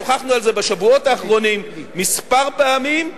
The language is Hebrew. שוחחנו על זה בשבועות האחרונים כמה פעמים.